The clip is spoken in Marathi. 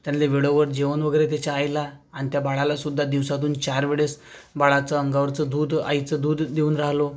त्यांना बेडवर जेवण वगैरे त्याच्या आईला आणि त्या बाळालासुद्धा दिवसातून चार वेळेस बाळाचं अंगावरचं दूध आईचं दूध देउन राहिलो